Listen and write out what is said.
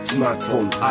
Smartphone